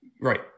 Right